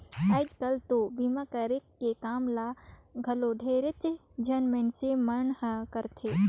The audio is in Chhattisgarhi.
आयज कायल तो बीमा करे के काम ल घलो ढेरेच झन मइनसे मन हर करथे